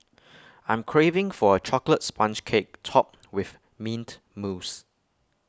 I am craving for A Chocolate Sponge Cake Topped with Mint Mousse